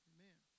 Amen